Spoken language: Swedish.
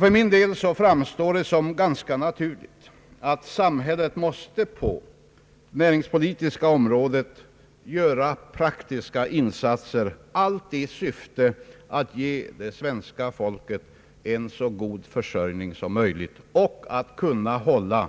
För min del framstår det som ganska naturligt att samhället på det näringspolitiska området måste göra praktiska insatser, allt i syfte att ge det svenska folket en så god försörjning som möjligt och att kunna hålla